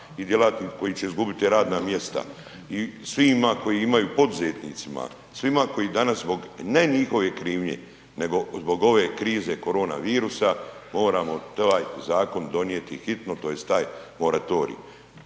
radnicima koji će izgubiti radna mjesta i svima poduzetnicima, svima koji danas zbog ne njihove krivnje, nego zbog ove krize korona virusa moramo taj zakon donijeti hitno tj. taj moratorij.